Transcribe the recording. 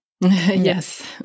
yes